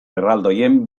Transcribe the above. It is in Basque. erraldoien